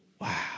wow